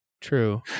true